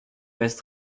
baisse